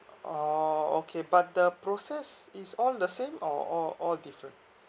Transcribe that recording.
oh okay but the process is all the same or or all different